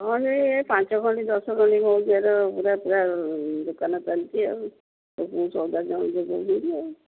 ହଁ ସେ ପାଞ୍ଚ ଘଡ଼ି ଦଶ ଘଡ଼ି ହେଉଛି ଆଉ ପୁରା ପୁରା ଦୋକାନ ଚାଲିଛି ଆଉ ଆଉ